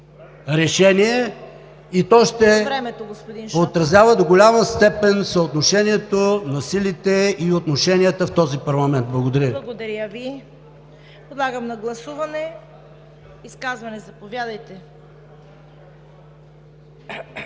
ШОПОВ: …и то ще отразява до голяма степен съотношението на силите и отношенията в този парламент. Благодаря